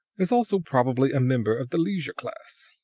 is also probably a member of the leisure class.